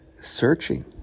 searching